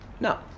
No